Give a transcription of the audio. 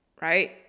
right